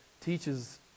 teaches